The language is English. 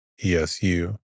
ESU